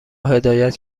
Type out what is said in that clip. هدایت